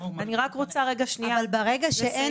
אני רק רוצה רגע שנייה לסיים --- אבל ברגע שאין